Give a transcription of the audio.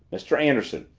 mr. anderson,